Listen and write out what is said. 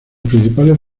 principales